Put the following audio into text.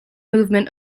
movement